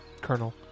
Colonel